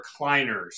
recliners